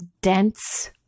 dense